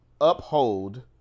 uphold